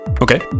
Okay